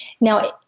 now